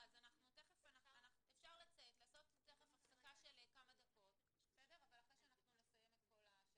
אפשר לעשות הפסקה אחרי שנסיים את כל השאר.